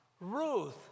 Ruth